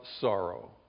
sorrow